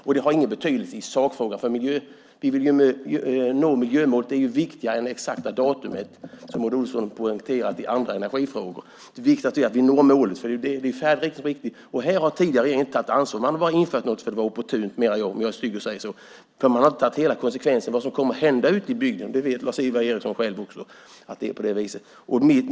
Och det har ingen betydelse i sakfrågan, därför att nå miljömålet är viktigare än det exakta datumet, som Maud Olofsson poängterat i andra energifrågor. Här har den tidigare regeringen inte tagit ansvar. Man införde bara något för att det var opportunt, om jag får vara stygg och säga så. Man insåg inte hela konsekvensen för landsbygden. Lars-Ivar Ericson vet själv att det är på det viset.